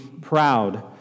proud